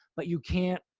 but you can't,